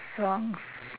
songs